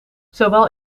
zowel